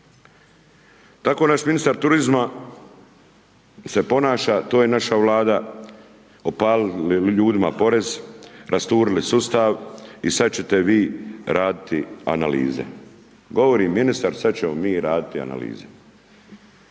Tako naš ministar turizma se ponaša, to je naša Vlada, opalili ljudima porez, rasturili sustav i sad ćete vi raditi analize. Govori ministar, sad ćemo mi raditi analize.